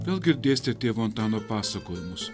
vėl girdėsite tėvo antano pasakojimus